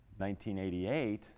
1988